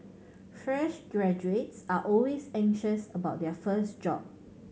fresh graduates are always anxious about their first job